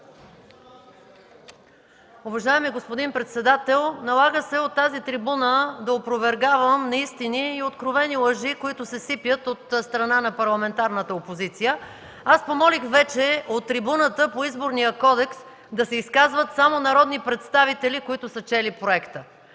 Уважаеми господин председател, налага се от тази трибуна да опровергавам неистини и откровени лъжи, които се сипят от страна на парламентарната опозиция. Аз помолих вече от трибуната по Изборния кодекс да се изказват само народни представители, които са чели проекта.